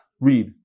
read